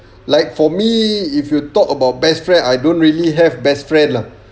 like for me if you talk about best friend I don't really have best friend lah